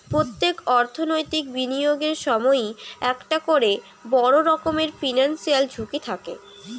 পোত্তেক অর্থনৈতিক বিনিয়োগের সময়ই একটা কোরে বড় রকমের ফিনান্সিয়াল ঝুঁকি থাকে